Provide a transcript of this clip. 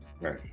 right